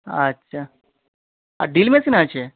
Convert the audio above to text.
আচ্ছা আর drill machine আছে